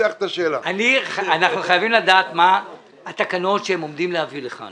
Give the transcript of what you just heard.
אנחנו חייבים לדעת מה התקנות שהם עומדים להביא לכאן